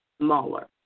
smaller